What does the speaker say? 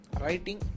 writing